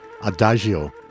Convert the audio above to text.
Adagio